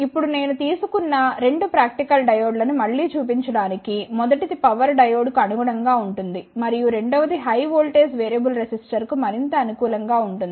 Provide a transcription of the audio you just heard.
ఇప్పుడు నేను తీసుకున్న 2 ప్రాక్టికల్ డయోడ్లను మళ్ళీ చూపించడానికి మొదటిది పవర్ డయోడ్ కు అనుగుణంగా ఉంటుంది మరియు రెండవది హై వోల్టేజ్ వేరియబుల్ రెసిస్టర్ కు మరింత అనుకూలం గా ఉంటుంది